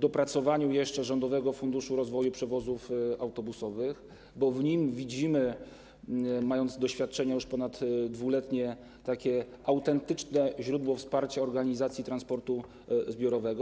dopracowaniu jeszcze rządowego funduszu rozwoju przewozów autobusowych, bo mając doświadczenia już ponad 2-letnie, w nim widzimy autentyczne źródło wsparcia organizacji transportu zbiorowego.